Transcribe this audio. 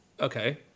Okay